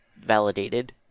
validated